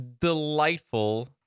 delightful